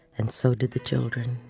and so did the tilting.